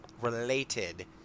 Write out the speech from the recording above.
related